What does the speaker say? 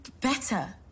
Better